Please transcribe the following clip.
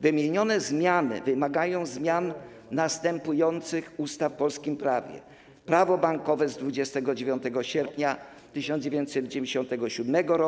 Wymienione zmiany wymagają zmian następujących ustaw w polskim prawie: Prawa bankowego z 29 sierpnia 1997 r.,